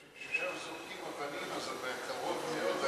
רק כששם זורקים אבנים, אתה קרוב מאוד ולא תגיע.